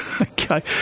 Okay